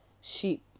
sheep